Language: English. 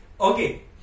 okay